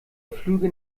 flüge